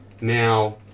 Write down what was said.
now